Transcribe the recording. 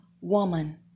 woman